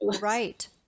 Right